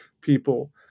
people